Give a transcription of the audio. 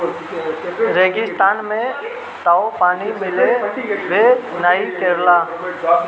रेगिस्तान में तअ पानी मिलबे नाइ करेला